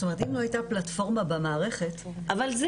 אם לא הייתה פלטפורמה במערכת --- אבל זה